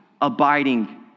abiding